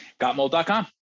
GotMold.com